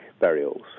burials